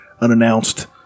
unannounced